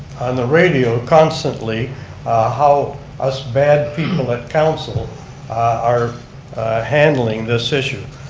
on the radio constantly how us bad people at council are handling this issue.